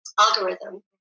algorithm